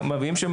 מביאים שם